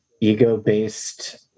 ego-based